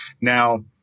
Now